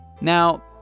Now